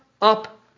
up